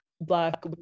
black